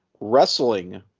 wrestling